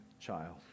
child